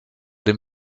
dem